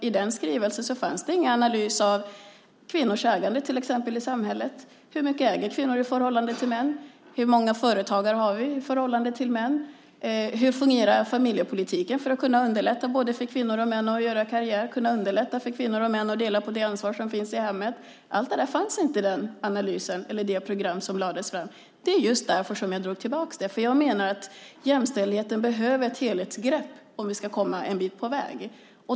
I den skrivelsen fanns till exempel ingen analys av kvinnors ägande i samhället. Hur mycket äger kvinnor i förhållande till män? Hur många kvinnliga företagare har vi i förhållande till män? Hur fungerar familjepolitiken när det gäller att underlätta för både kvinnor och män att göra karriär och dela på ansvaret för hemmet? Inget av detta fanns i det program som lades fram, och det var just därför jag drog tillbaka det. Jag menar att jämställdheten behöver ett helhetsgrepp om vi ska komma en bit på väg.